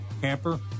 camper